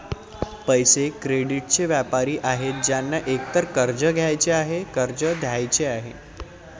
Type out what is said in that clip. पैसे, क्रेडिटचे व्यापारी आहेत ज्यांना एकतर कर्ज घ्यायचे आहे, कर्ज द्यायचे आहे